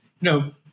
No